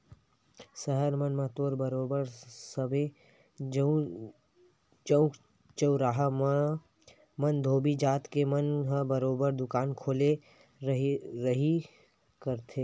सहर मन म तो बरोबर सबे चउक चउराहा मन म धोबी जात के मन ह बरोबर दुकान खोले रहिबे करथे